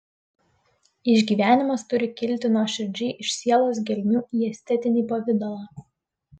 išgyvenimas turi kilti nuoširdžiai iš sielos gelmių į estetinį pavidalą